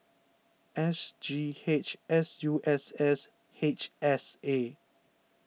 S G H S U S S H S A